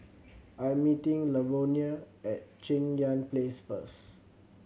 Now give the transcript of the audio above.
I am meeting Lavonia at Cheng Yan Place first